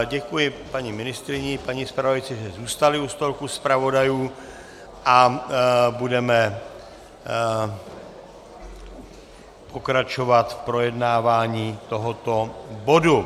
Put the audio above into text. Děkuji paní ministryni i paní zpravodajce, že zůstaly u stolku zpravodajů, a budeme pokračovat v projednávání tohoto bodu.